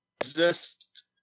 exist